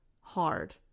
hard